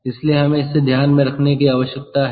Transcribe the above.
इसलिए हमें इसे ध्यान में रखने की आवश्यकता है